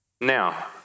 Now